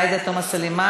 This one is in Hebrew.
עאידה תומא סלימאן,